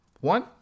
one